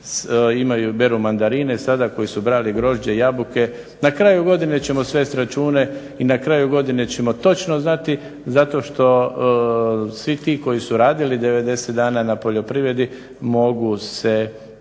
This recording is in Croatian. imaju, beru mandarine sada, koji brali grožđe, jabuke. Na kraju godine ćemo svesti račune i na kraju godine ćemo točno znati zato što svi ti koji su radili 90 dana na poljoprivredi mogu se